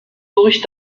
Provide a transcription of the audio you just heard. durch